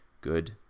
good